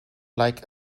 like